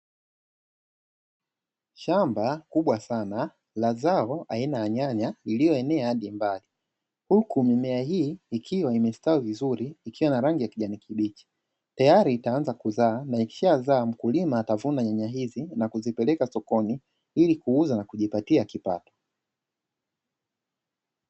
Shamba kubwa sana la zao aina ya nyanya iliyoenea hadi mbali, huku mimea hii ikiwa imestawi vizuri ikiwa na rangi ya kijani kibichi, tayari imeanza kuzaa na ikishazaa mkulima atavuna nyanya hizi na kuzipeleka sokoni ili kuuza na kujipatia kipato.